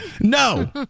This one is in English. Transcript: No